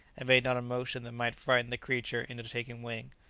and made not a motion that might frighten the creature into taking wing.